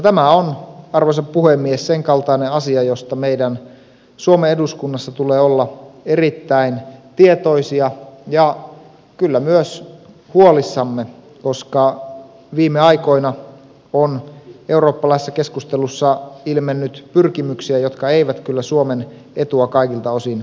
tämä on arvoisa puhemies sen kaltainen asia josta meidän suomen eduskunnassa tulee olla erittäin tietoisia ja kyllä myös huolissamme koska viime aikoina on eurooppalaisessa keskustelussa ilmennyt pyrkimyksiä jotka eivät kyllä suomen etua kaikilta osin edistä